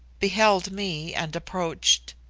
beheld me and approached.